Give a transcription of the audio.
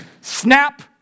snap